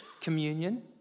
Communion